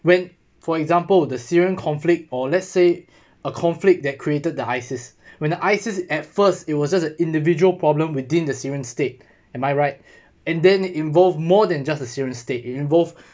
when for example with the syrian conflict or let's say a conflict that created the isis when the isis at first it was just the individual problem within the syrian state am I right and then involved more than just a syrian stay involved